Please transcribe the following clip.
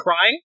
crying